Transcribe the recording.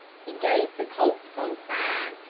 he gave the colt some sign,